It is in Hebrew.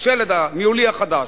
השלד הניהולי החדש,